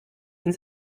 ins